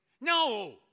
No